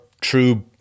true